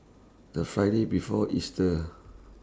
The Friday before Easter